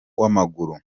wamaguru